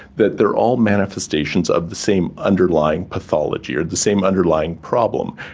that they are all manifestations of the same underlying pathology or the same underlying problem.